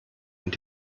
und